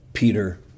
Peter